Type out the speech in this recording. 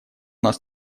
нас